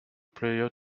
player